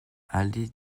allée